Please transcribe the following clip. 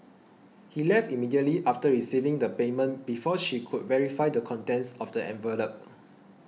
he left immediately after receiving the payment before she could verify the contents of the envelope